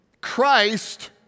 Christ